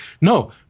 No